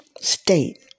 state